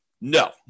No